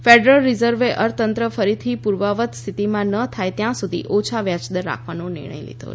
federal રિઝર્વે અર્થતંત્ર ફરીથી પુર્વવત સ્થિતિમાં ન થાય ત્યાં સુધી ઓછા વ્યાજદર રાખવાનો નિર્ણય લીધો છે